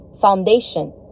foundation